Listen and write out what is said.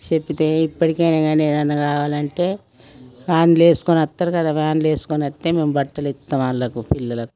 చెప్పితే ఇప్పటికైనా అయినా కానీ ఏదైనా కావాలంటే వ్యాన్లు ఏసుకొని అత్తరు కదా వ్యాన్లు వేసుకొని వస్తే మేము బట్టలు ఇత్తం వాళ్ళకు పిల్లలకు